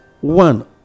one